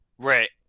Right